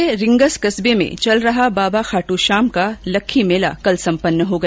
सीकर के रींगस कस्बे में चल रहा बाबा खाटूश्याम का लक्खी मेला कल सम्पन्न हो गया